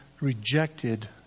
rejected